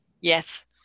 Yes